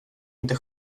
inte